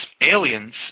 aliens